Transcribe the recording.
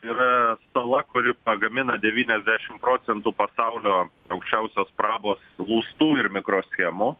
yra sala kuri pagamina devyniasdešim procentų pasaulio aukščiausios prabos lustų ir mikroschemų